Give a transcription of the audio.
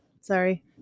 Sorry